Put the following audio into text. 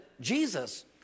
Jesus